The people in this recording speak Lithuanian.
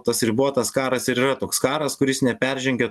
tas ribotas karas ir yra toks karas kuris neperžengia